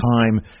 time